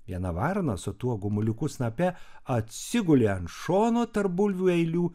viena varna su tuo gumuliuku snape atsigulė ant šono tarp bulvių eilių